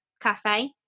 cafe